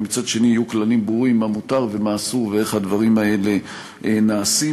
ומצד שני יהיו כללים ברורים מה מותר ומה אסור ואיך הדברים האלה נעשים.